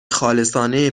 خالصانه